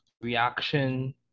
reaction